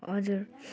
हजुर